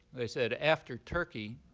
they said, after turkey,